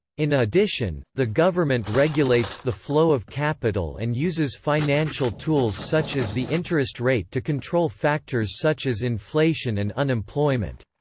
in addition, the government regulates the flow of capital and uses financial tools such as the interest rate to control factors such as inflation and unemployment.